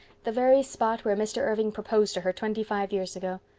the very spot where mr. irving proposed to her twenty-five years ago.